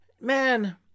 Man